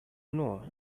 know